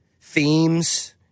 themes